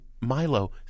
Milo